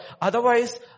Otherwise